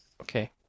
okay